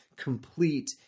complete